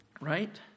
right